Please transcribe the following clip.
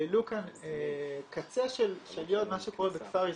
העלו כאן קצה של יוד מה שקורה בכפר איזון,